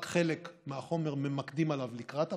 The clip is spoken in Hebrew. רק חלק מהחומר, ממקדים עליו לקראת הבחינה,